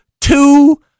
two